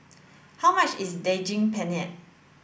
how much is Daging Penyet